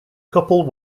couple